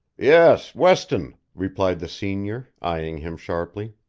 yes weston, replied the senior, eying him sharply.